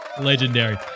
Legendary